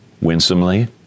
Winsomely